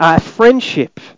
friendship